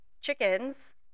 chickens